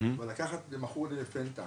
אבל לקחת מכור לפנטה